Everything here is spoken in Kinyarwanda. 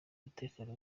umutekano